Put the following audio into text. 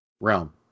realm